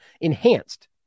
enhanced